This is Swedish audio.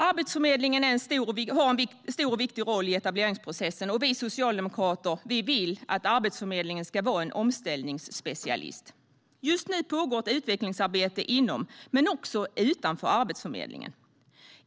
Arbetsförmedlingen har en stor och viktig roll i etableringsprocessen, och vi socialdemokrater vill att Arbetsförmedlingen ska vara en omställningsspecialist. Just nu pågår ett utvecklingsarbete inom, men också utanför, Arbetsförmedlingen.